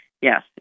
yes